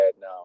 now